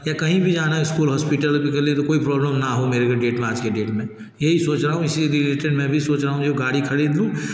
या कहीं भी जाना है इस्कूल हॉस्पिटल उनके लिए तो कोई प्रॉब्लम ना हो मेरे को डेट में आज के डेट में यही सोच रहा हूँ इसी रिलेटेड मैं भी सोच रहा हूँ गाड़ी खरीद लूँ